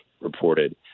reported